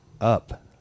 Up